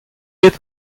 bet